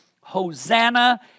Hosanna